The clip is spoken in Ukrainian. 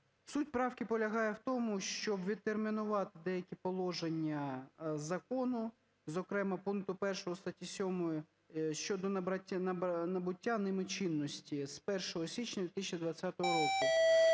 Суть правки полягає в тому, щобвідтермінувати деякі положення закону, зокрема пункту 1 статті 7 щодо набуття ними чинності з 1 січня 2020 року.